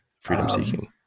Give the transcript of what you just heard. freedom-seeking